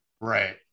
right